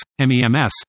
MEMS